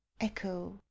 Echo